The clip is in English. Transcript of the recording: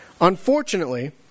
Unfortunately